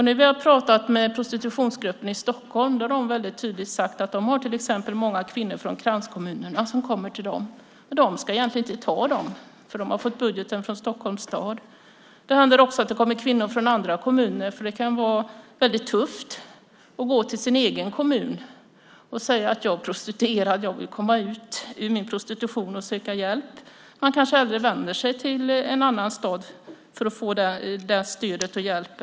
När vi har talat med prostitutionsgruppen i Stockholm har de väldigt tydligt sagt att till exempel många kvinnor från kranskommunerna kommer till dem. Men de ska egentligen inte ta emot dessa kvinnor eftersom budgeten är från Stockholms stad. Det händer också att det kommer kvinnor från andra kommuner eftersom det kan vara väldigt tufft att gå till sin egen kommun och säga att man är prostituerad och vill komma ur prostitutionen och söka hjälp. Dessa kvinnor kanske hellre vänder sig till en annan kommun för att få detta stöd och denna hjälp.